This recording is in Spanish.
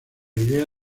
idea